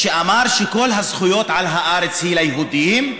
הוא אמר שכל הזכויות על הארץ הן ליהודים,